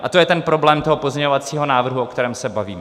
A to je problém toho pozměňovacího návrhu, o kterém se bavíme.